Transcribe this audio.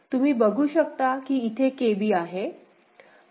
तुम्ही बघू शकता की इथे KB आहे